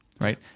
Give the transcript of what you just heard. right